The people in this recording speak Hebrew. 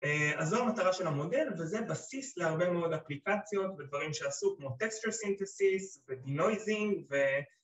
‫אז זו המטרה של המודל, ‫וזה בסיס להרבה מאוד אפליקציות ‫ודברים שעשו כמו טקסטר סינתסיס ‫ו-דינויזינג ו...